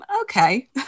okay